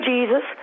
Jesus